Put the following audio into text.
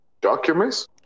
documents